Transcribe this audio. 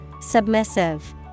Submissive